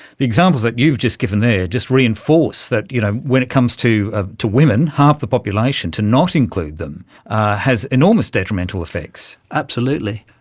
the examples that you've just given there just reinforce that you know when it comes to ah to women, half the population, to not include them has enormous detrimental effects. absolutely.